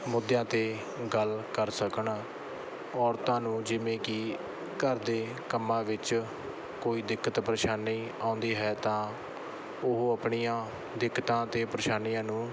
ਮੁੱਦਿਆਂ 'ਤੇ ਗੱਲ ਕਰ ਸਕਣ ਔਰਤਾਂ ਨੂੰ ਜਿਵੇਂ ਕਿ ਘਰ ਦੇ ਕੰਮਾਂ ਵਿੱਚ ਕੋਈ ਦਿੱਕਤ ਪਰੇਸ਼ਾਨੀ ਆਉਂਦੀ ਹੈ ਤਾਂ ਉਹ ਆਪਣੀਆਂ ਦਿੱਕਤਾਂ ਅਤੇ ਪਰੇਸ਼ਾਨੀਆਂ ਨੂੰ